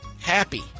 Happy